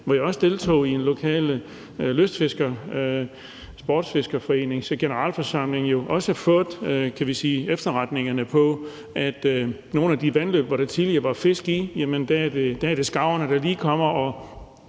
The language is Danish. hvor jeg også deltog en lokal sportsfiskerforenings generalforsamling også fået efterretninger om, at i nogle af de vandløb, hvor der tidligere var fisk, er det skarverne, der lige kommer og